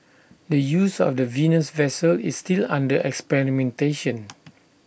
the use of the Venus vessel is still under experimentation